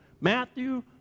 Matthew